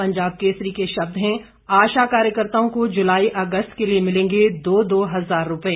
पंजाब केसरी के शब्द हैं आशा कार्यकर्त्ताओं को जुलाई अगस्त के लिए मिलेंगे दो दो हजार रूपए